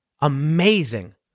Amazing